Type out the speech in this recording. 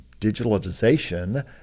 digitalization